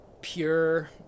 pure